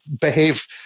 behave